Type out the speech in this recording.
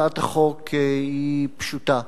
הצעת החוק היא פשוטה.